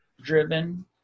driven